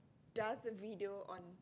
does a video on